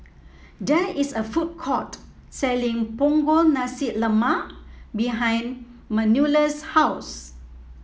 there is a food court selling Punggol Nasi Lemak behind Manuela's house